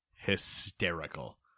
hysterical